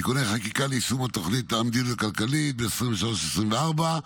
תיקוני חקיקה ליישום המדיניות הכלכלית ל-2023 ו-2024.